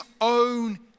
own